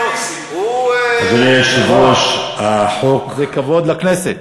אדוני היושב-ראש, החוק, זה כבוד לכנסת.